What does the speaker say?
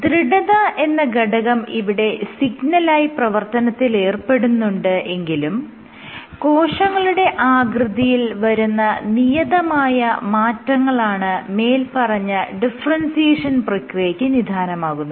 ദൃഢത എന്ന ഘടകം ഇവിടെ സിഗ്നലായി പ്രവർത്തനത്തിൽ ഏർപ്പെടുന്നുണ്ട് എങ്കിലും കോശങ്ങളുടെ ആകൃതിയിൽ വരുന്ന നിയതമായ മാറ്റങ്ങളാണ് മേല്പറഞ്ഞ ഡിഫറൻസിയേഷൻ പ്രക്രിയയ്ക്ക് നിദാനമാകുന്നത്